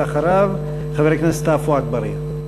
לאחריו, חבר הכנסת עפו אגבאריה.